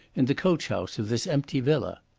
in the coach-house of this empty villa.